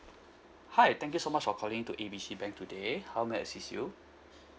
hi thank you so much for calling to A B C bank today how may I assist you